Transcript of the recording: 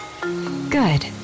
Good